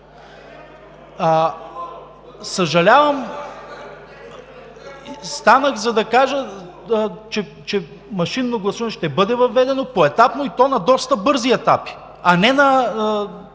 Съжалявам, станах, за да кажа, че машинното гласуване ще бъде въведено поетапно, и то на доста бързи етапи, а не се